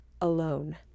alone